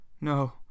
No